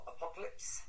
Apocalypse